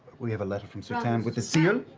we have a letter from sutan with the seal,